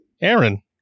Aaron